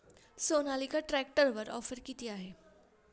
सोनालिका ट्रॅक्टरवर ऑफर किती आहे?